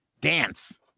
dance